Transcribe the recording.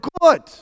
good